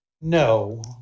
no